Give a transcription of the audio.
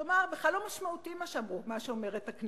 כלומר, בכלל לא משמעותי מה שהכנסת אומרת.